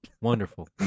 wonderful